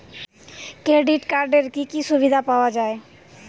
Credit কার্ডের কি কি সুবিধা পাওয়া যায়?